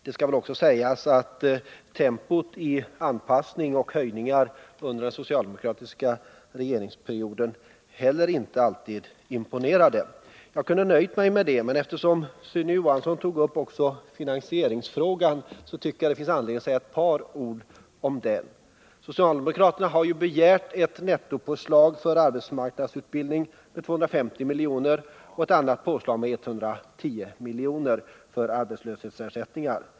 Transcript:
Det skall också sägas att tempot i anpassning och höjningar under den socialdemokratiska regeringsperioden heller inte alltid imponerade. pf Jag kunde ha nöjt mig med detta, men eftersom Sune Johansson också tog upp finansieringsfrågan tycker jag att det finns anledning att säga ett par ord om den. Socialdemokraterna har ju begärt ett nettopåslag för arbetsmarknadsutbildning med 250 miljoner och ett annat påslag med 110 miljoner för arbetslöshetsersättningar.